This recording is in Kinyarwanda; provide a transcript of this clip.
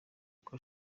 uko